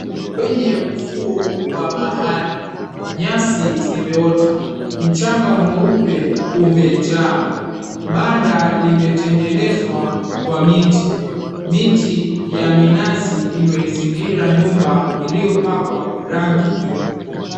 Kwenye ufuo wa bahari, nyasi zimeota. Mchanga mweupe umejaa, banda limetengenezwa kwa miti. Miti ya minazi imeizingira nyumba iliyopakwa rangi nyeupe.